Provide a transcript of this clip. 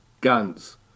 Guns